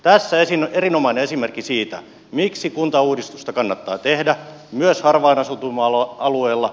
tässä erinomainen esimerkki siitä miksi kuntauudistusta kannattaa tehdä myös harvempaan asutuilla alueilla